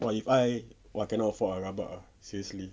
!wah! if I !wah! cannot afford ah rabak seriously